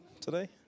today